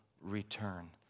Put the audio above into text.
return